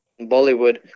Bollywood